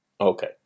Okay